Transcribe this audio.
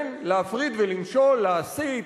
כן, להפריד ולמשול, להסית